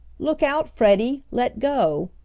look out, freddie! let go!